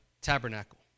Tabernacle